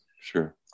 sure